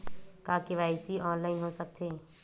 का KYC online हो सकथे?